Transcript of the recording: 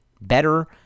better